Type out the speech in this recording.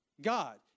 God